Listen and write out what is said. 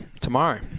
tomorrow